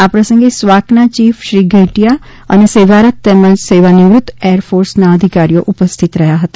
આ પ્રસંગ સ્વાકના ચીફ શ્રી ઘેટિયા અને સેવારત તેમજ સેવાનિવૃત એરફોર્સના અધિકારીઓ ઉપસ્થિત હતા